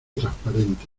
transparente